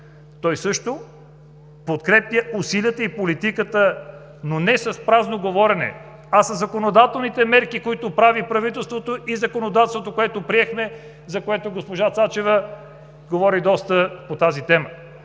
той също подкрепя усилията и политиката, но не с празно говорене, а със законодателните мерки, които прави правителството, и законодателството, което приехме. Госпожа Цачева говори доста по тази тема.